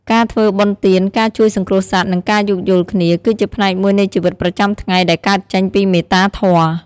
ការធ្វើបុណ្យទាន ការជួយសង្គ្រោះសត្វ និងការយោគយល់គ្នា គឺជាផ្នែកមួយនៃជីវិតប្រចាំថ្ងៃដែលកើតចេញពីមេត្តាធម៌។